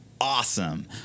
awesome